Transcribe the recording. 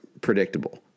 predictable